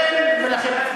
אתה באמת משווה?